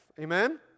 Amen